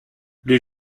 les